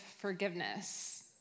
forgiveness